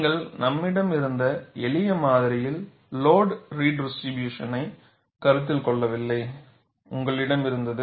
நீங்கள் நம்மிடம் இருந்த எளிய மாதிரியில் லோடுரீடிஸ்ட்டிரிபுயுசனை கருத்தில் கொள்ளவில்லை உங்களிடம் இருந்தது